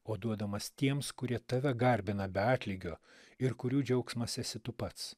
o duodamas tiems kurie tave garbina be atlygio ir kurių džiaugsmas esi tu pats